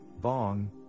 bong